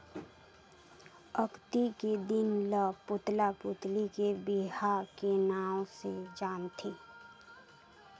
अक्ती के दिन ल पुतला पुतली के बिहा के नांव ले जानथें